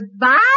Goodbye